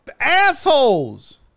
assholes